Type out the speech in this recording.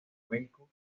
cuenco